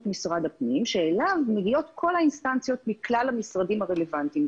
משרד הפנים שאליו מגיעות כל האינסטנציות מכלל המשרדים הרלוונטיים,